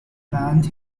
band